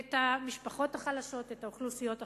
את המשפחות החלשות, את האוכלוסיות החלשות?